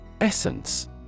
Essence